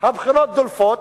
הבחינות דולפות,